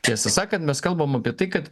tiesą sakant mes kalbam apie tai kad